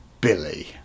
Billy